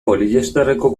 poliesterreko